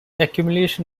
accumulation